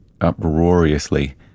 uproariously